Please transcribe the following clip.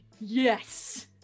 yes